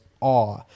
awe